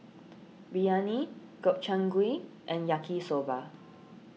Biryani Gobchang Gui and Yaki Soba